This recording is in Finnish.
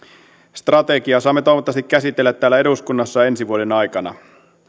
strategiaa saamme toivottavasti käsitellä täällä eduskunnassa ensi vuoden aikana